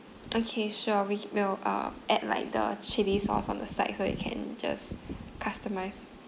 okay sure we we'll uh add like the chilli sauce on the side so you can just customise